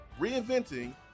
reinventing